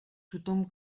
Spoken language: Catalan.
tothom